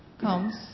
comes